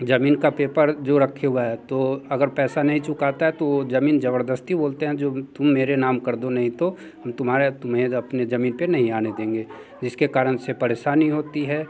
जमीन का पेपर जो रखे हुआ है तो अगर पैसा नहीं चुकाता है तो वो जमीन जबरदस्ती बोलते हैं जो तुम मेरे नाम कर दो नहीं तो हम तुम्हारा तुम्हें अपने जमीन पे नहीं आने देंगे जिसके कारण से परेशानी होती है